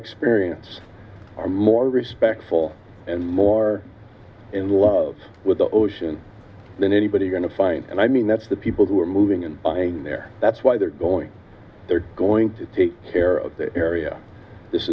experience are more respectful and more in love with the ocean than anybody going to find i mean that's the people who are moving in there that's why they're going they're going to take care of the area this